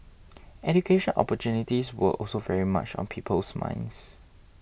education opportunities were also very much on people's minds